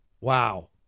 Wow